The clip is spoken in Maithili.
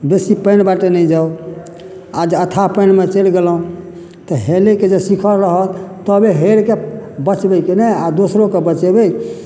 बेसी पानि बाटे नहि जाउ आ जे अथा पानिमे चलि गेलहुॅं तऽ हेलैके जे सिखल रहत तबे हेलके बचबै की नहि आ दोसरो के बचेबै